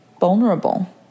vulnerable